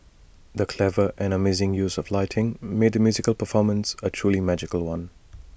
the clever and amazing use of lighting made the musical performance A truly magical one